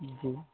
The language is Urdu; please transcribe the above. جی